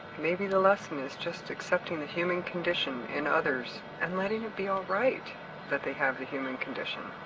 maybe the lesson is just accepting the human condition in others and letting it be all right that they have the human condition.